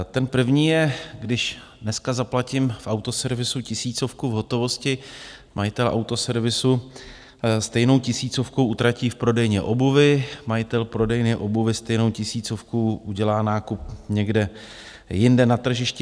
Ten první je, když dneska zaplatím v autoservisu tisícovku v hotovosti, majitel autoservisu stejnou tisícovku utratí v prodejně obuvi, majitel prodejny obuvi stejnou tisícovkou udělá nákup někde jinde na tržišti.